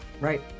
Right